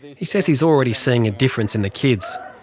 he says he's already seeing a difference in the kids,